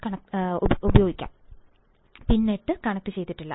പിൻ 8 കണക്റ്റുചെയ്തിട്ടില്ല